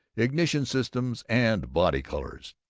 ignition systems, and body colors.